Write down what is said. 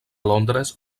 londres